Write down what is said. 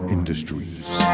Industries